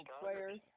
players